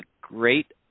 Great